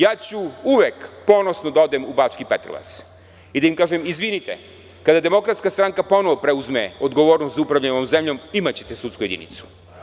Ja ću uvek ponosno da odem u Bački Petrovac i da im kažem – izvinite, kada DS ponovo preuzme odgovornost za upravljanje ovom zemljom, imaćete sudsku jedinicu.